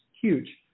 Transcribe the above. huge